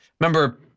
remember